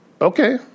Okay